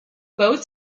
both